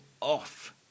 off